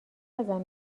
ازم